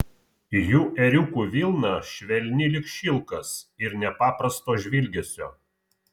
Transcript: jų ėriukų vilna švelni lyg šilkas ir nepaprasto žvilgesio